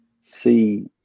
see